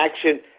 action